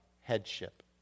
headship